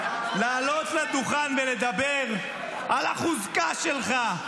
לעלות לדוכן ולדבר על החוזקה שלך.